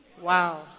Wow